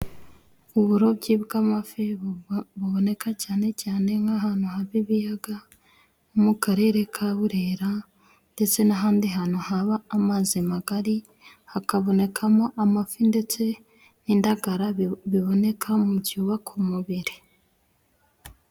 Uburobyi bw'amafi buba buboneka cyane cyane nk'ahantu haba ibiyaga nko mu karere ka Burera ndetse n'ahandi hantu haba amazi magari hakabonekamo amafi ndetse n'indagara biboneka mu byubaka umubiri.